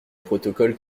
protocole